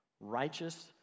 Righteous